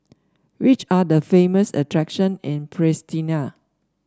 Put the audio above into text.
which are the famous attraction in Pristina